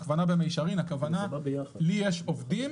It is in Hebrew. הכוונה בהכוונה במישרין היא שלי יש עובדים